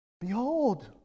Behold